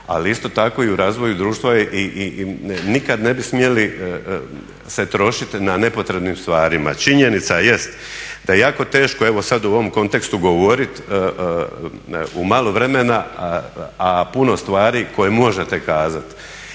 ali isto tako i u razvoju društva i nikad ne bi smjeli se trošiti na nepotrebnim stvarima. Činjenica jest da jako teško sad u ovom kontekstu govorit u malo vremena a puno stvari koje možete kazati